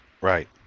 right